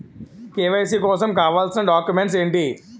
KYC కోసం కావాల్సిన documents ఎంటి?